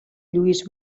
lluís